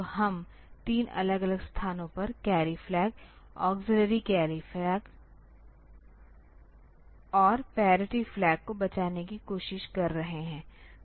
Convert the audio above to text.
तो हम 3 अलग अलग स्थानों पर carry flag auxiliary carry flag और पैरिटी फ्लैग को बचाने की कोशिश कर रहे हैं